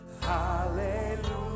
Hallelujah